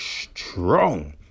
strong